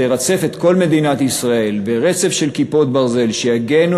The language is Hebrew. את כל מדינת ישראל ברצף של "כיפות ברזל" שיגנו